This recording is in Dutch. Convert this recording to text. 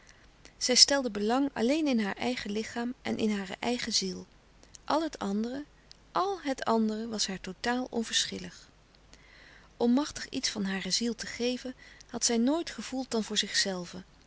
zij stelde belang alleen louis couperus de stille kracht in haar eigen lichaam en in hare eigen ziel àl het andere àl het andere was haar totaal onverschillig onmachtig iets van hare ziel te geven had zij nooit gevoeld dan voor zichzelve